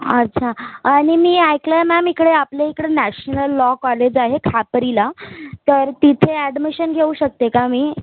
अच्छा आणि मी ऐकलं आहे मॅम इकडे आपल्या इकडं नॅशनल लॉ कॉलेज आहे खापरीला तर तिथे ॲडमिशन घेऊ शकते का मी